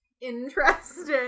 Interesting